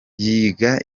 yiga